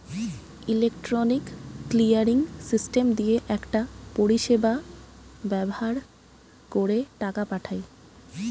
electronic clearing system দিয়ে একটা পরিষেবা ব্যাভার কোরে টাকা পাঠায়